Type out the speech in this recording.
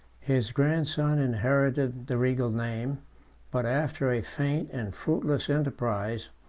his grandson inherited the regal name but after a faint and fruitless enterprise,